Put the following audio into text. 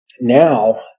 now